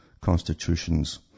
constitutions